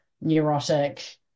neurotic